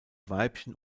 weibchen